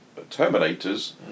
terminators